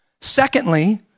Secondly